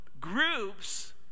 groups